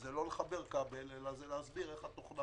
וזה לא לחבר כבל אלא להסביר איך התוכנית